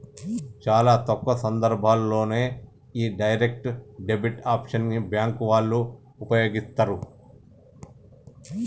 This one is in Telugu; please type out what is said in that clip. చాలా తక్కువ సందర్భాల్లోనే యీ డైరెక్ట్ డెబిట్ ఆప్షన్ ని బ్యేంకు వాళ్ళు వుపయోగిత్తరు